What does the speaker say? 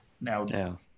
now